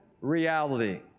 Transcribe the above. reality